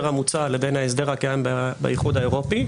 המוצע לבין ההסדר הקיים באיחוד האירופי,